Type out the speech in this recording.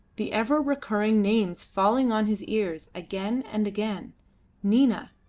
the ever-recurring names falling on his ears again and again nina,